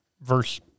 verse